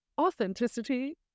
Authenticity